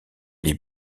les